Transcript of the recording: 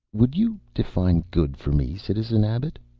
would you define good for me, citizen abbot?